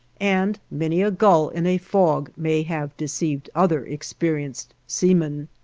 and many a gull in a fog may have deceived other experienced seamen.